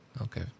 okay